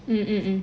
mm mm mm